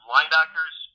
Linebackers